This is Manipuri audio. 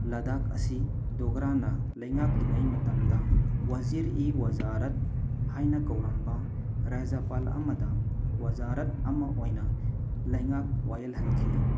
ꯂꯗꯥꯛ ꯑꯁꯤ ꯗꯣꯒ꯭ꯔꯥꯅ ꯂꯩꯉꯥꯛꯂꯤꯉꯩ ꯃꯇꯝꯗ ꯋꯥꯖꯤꯔ ꯏ ꯋꯖꯥꯔꯠ ꯍꯥꯏꯅ ꯀꯧꯔꯝꯕ ꯔꯥꯖ꯭ꯌꯄꯥꯜ ꯑꯃꯗ ꯋꯖꯥꯔꯠ ꯑꯃ ꯑꯣꯏꯅ ꯂꯩꯉꯥꯛ ꯋꯥꯌꯦꯜꯍꯟꯈꯤ